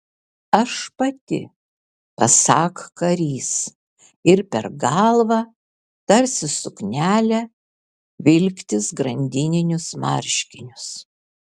aš pati pasak karys ir per galvą tarsi suknelę vilktis grandininius marškinius